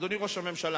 אדוני ראש הממשלה,